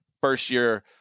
first-year